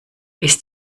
ist